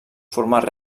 formar